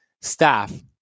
staff